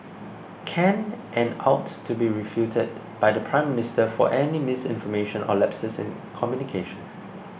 can and ought to be refuted by the Prime Minister for any misinformation or lapses in communication